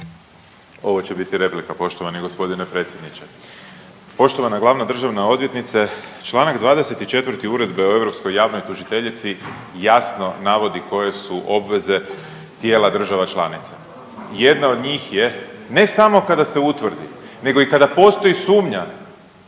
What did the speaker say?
Ovo će biti replika, poštovani g. predsjedniče. Poštovana glavna državna odvjetnice, čl. 24 Uredbe o europskoj javnoj tužiteljici jasno navodi koje su obveze tijela država članica. Jedna od njih je ne samo kada se utvrdi, nego kada postoji sumnja